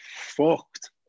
fucked